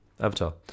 avatar